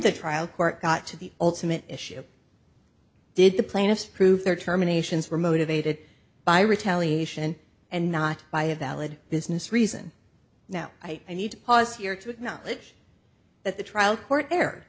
the trial court got to the ultimate issue did the plaintiffs prove their terminations were motivated by retaliation and not by a valid business reason now i i need pause here to acknowledge that the trial court err